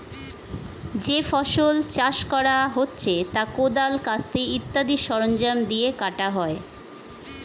যে ফসল চাষ করা হচ্ছে তা কোদাল, কাস্তে ইত্যাদি সরঞ্জাম দিয়ে কাটা হয়